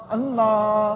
Allah